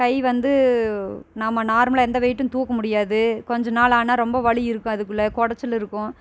கை வந்து நாம நார்மலாக எந்த வெயிட்டும் தூக்க முடியாது கொஞ்சம் நாள் ஆனால் ரொம்ப வலி இருக்கும் அதுக்குள்ளே குடச்சல் இருக்கும்